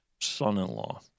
son-in-law